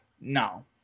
No